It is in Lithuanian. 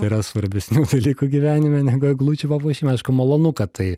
yra svarbesnių dalykų gyvenime negu eglučių papuošimai aišku malonu kad tai